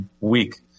week